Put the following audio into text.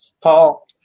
Paul